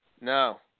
No